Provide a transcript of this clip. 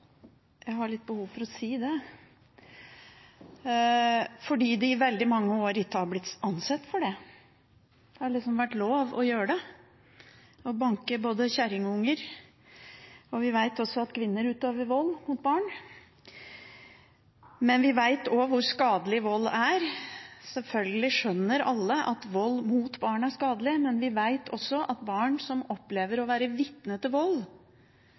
har jeg et behov for å si, fordi det i veldig mange år ikke ble ansett for å være det. Det har liksom vært lov å banke både kjerring og unger. Vi vet også at kvinner utøver vold mot barn. Vi vet også hvor skadelig vold er. Selvfølgelig skjønner alle at vold mot barn er skadelig, men vi vet også at barn som opplever å være vitne til vold,